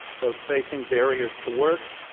those facing barriers to work,